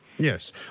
Yes